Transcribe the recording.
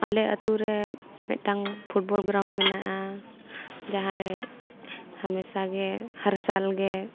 ᱟᱞᱮ ᱟᱛᱳᱨᱮ ᱢᱤᱫᱴᱟᱝ ᱯᱷᱩᱴᱵᱚᱞ ᱜᱨᱟᱣᱩᱱᱰ ᱢᱮᱱᱟᱜᱼᱟ ᱡᱟᱦᱟᱸᱨᱮ ᱦᱟᱢᱮᱥᱟ ᱜᱮ ᱦᱟᱨ ᱥᱟᱞ ᱜᱮ